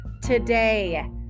today